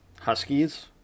Huskies